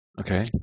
Okay